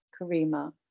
Karima